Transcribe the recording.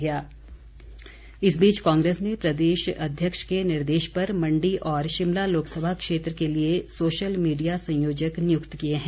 नियुक्ति इस बीच कांग्रेस ने प्रदेश अध्यक्ष के निर्देश पर मण्डी और शिमला लोकसभा क्षेत्र के लिए सोशल मीडिया संयोजक नियुक्त किए हैं